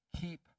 keep